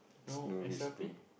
snow display